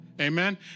Amen